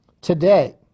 Today